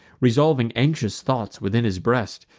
revolving anxious thoughts within his breast,